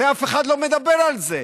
אף אחד לא מדבר על זה.